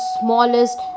smallest